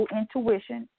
intuition